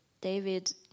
David